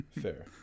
Fair